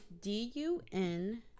D-U-N